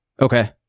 Okay